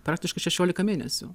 praktiškai šešiolika mėnesių